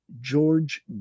George